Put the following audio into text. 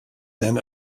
then